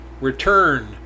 Return